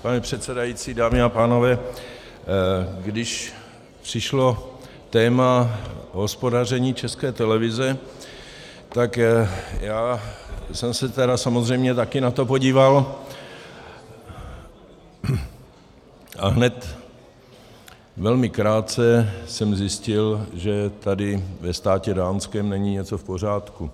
Pane předsedající, dámy a pánové, když přišlo téma hospodaření České televize, tak já jsem se samozřejmě také na to podíval a hned velmi krátce jsem zjistil, že tady ve státě dánském není něco v pořádku.